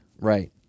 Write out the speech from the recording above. Right